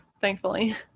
thankfully